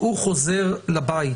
הוא חוזר לבית,